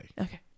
Okay